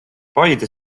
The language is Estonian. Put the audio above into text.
paide